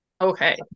okay